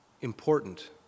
important